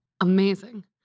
amazing